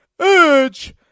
Edge